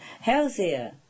healthier